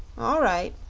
all right,